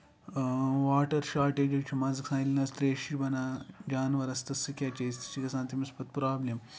water shortage حظ چھُ منٛزٕ گژھان ییٚلہِ نظ تریش چھُ بَنان جانورَس تہٕ سُہ کیاہ چیٚیہِ سُہ چھِ گژھان تٔمِس پتہٕ پروبلِم